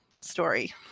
story